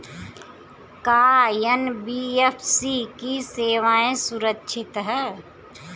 का एन.बी.एफ.सी की सेवायें सुरक्षित है?